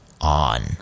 on